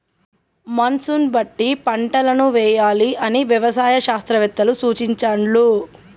monsoon బట్టి పంటలను వేయాలి అని వ్యవసాయ శాస్త్రవేత్తలు సూచించాండ్లు